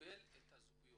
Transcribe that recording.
מקבל את הזכויות